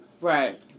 Right